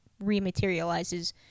rematerializes